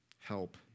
Help